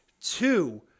two